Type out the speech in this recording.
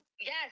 Yes